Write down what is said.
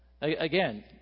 Again